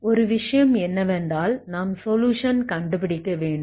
ஒரு விஷயம் என்னவென்றால் நாம் சொலுயுஷன் கண்டுபிடிக்க வேண்டும்